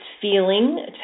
feeling